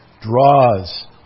draws